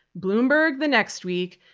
bloomberg the next week,